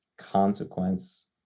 consequence